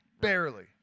barely